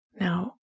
Now